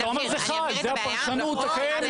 אתה אומר שזה חל, זאת הפרשנות הקיימת.